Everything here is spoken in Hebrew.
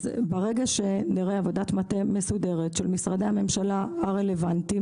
ברגע שנראה עבודת מטה מסודרת של משרדי הממשלה הרלוונטיים,